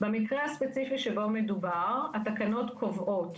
במקרה הספציפי שבו מדובר התקנות קובעות